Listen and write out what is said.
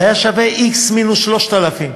זה היה שווה x מינוס 3,000,